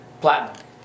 platinum